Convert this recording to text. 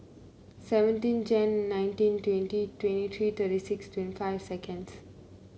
seventeen Jan nineteen twenty twenty three thirty six twenty five seconds